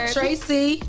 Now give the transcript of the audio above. Tracy